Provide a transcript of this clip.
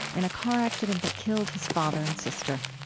in a car accident that killed his father and sister.